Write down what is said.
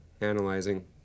Analyzing